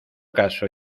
caso